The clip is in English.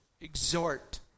exhort